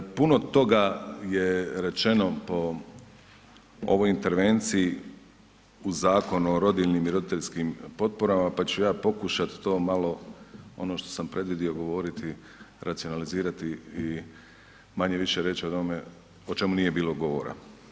Puno toga je rečeno po ovoj intervenciji u zakonu o rodiljnim i roditeljskim potporama pa ću ja pokušat to malo, ono što sam predvidio, govoriti, racionalizirati i maje-više reć o onome o čemu nije bilo govora.